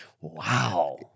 wow